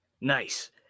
Nice